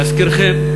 להזכירכם,